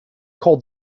called